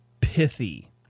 pithy